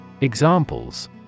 Examples